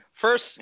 first